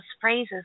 phrases